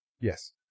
Yes